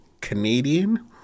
Canadian